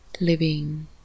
Living